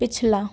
पिछला